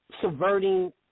subverting